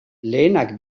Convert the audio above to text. lehenak